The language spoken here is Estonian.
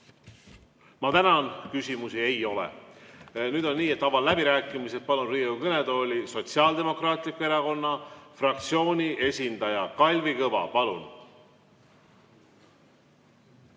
ma tänan! Küsimusi ei ole. Nüüd on nii, et avan läbirääkimised. Palun Riigikogu kõnetooli Sotsiaaldemokraatliku Erakonna fraktsiooni esindaja Kalvi Kõva. Hea